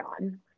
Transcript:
on